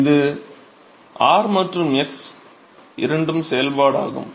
இது r மற்றும் x இரண்டும் செயல்பாடு ஆகும்